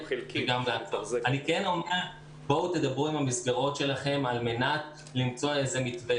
אני כן אומר: בואו תדברו עם המסגרות שלכם על מנת למצוא איזשהו מתווה.